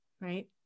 right